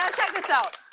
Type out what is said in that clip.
check this out.